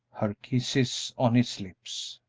her kisses on his lips.